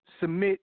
submit